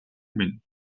минь